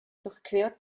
durchquert